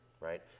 right